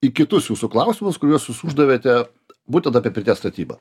į kitus jūsų klausimus kuriuos jūs uždavėte būtent apie pirties statybą